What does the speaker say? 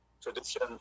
Tradition